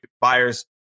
buyers